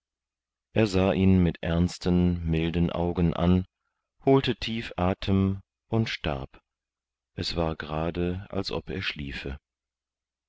er sah ihn mit ernsten milden augen an holte tief atem und starb es war gerade als ob er schliefe